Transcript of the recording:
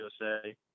USA